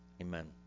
amen